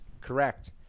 correct